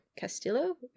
Castillo